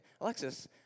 Alexis